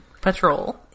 patrol